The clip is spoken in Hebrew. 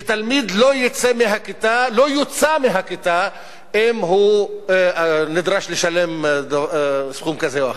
שתלמיד לא יוּצא מהכיתה אם הוא נדרש לשלם סכום כזה או אחר,